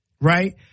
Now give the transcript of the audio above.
right